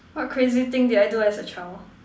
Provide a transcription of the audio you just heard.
what crazy thing did I do as a child